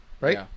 right